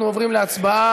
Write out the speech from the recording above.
אנחנו עוברים להצבעה.